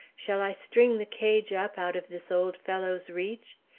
shall i string the cage up out of this old fellow's reach?